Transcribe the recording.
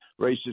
racist